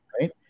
Right